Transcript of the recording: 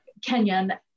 Kenyan